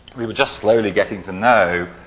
we were just slowly getting to know